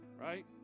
Right